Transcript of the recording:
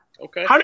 Okay